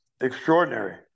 extraordinary